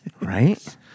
right